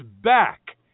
back